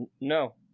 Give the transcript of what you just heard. No